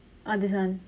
oh this one